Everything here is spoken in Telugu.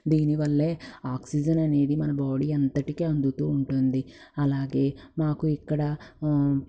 దీనివల్లే ఆక్సిజన్ అనేది మన బాడీ అంతటికీ అందుతూ ఉంటుంది అలాగే మాకు ఇక్కడ